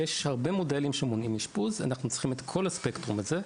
יש הרבה מודלים שמונעים אשפוז אנחנו צריכים את כל הספקטרום הזה,